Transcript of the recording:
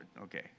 okay